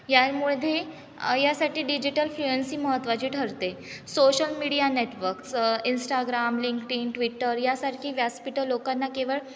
यामध्ये यासाठी digital fluency महत्त्वाची ठरते social media networks Instagram LinkedIn Twitter यासारखी व्यासपीठं लोकांना केवळ